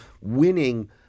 winning